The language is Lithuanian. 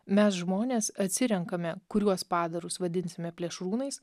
mes žmonės atsirenkame kuriuos padarus vadinsime plėšrūnais